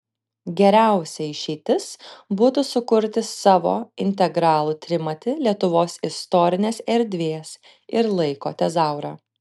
geriausia išeitis būtų sukurti savo integralų trimatį lietuvos istorinės erdvės ir laiko tezaurą